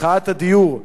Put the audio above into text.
מחאת הדיור,